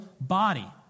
body